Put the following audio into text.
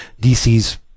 DC's